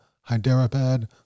Hyderabad